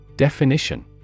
Definition